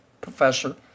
Professor